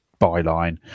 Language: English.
byline